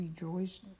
rejoice